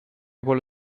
vuole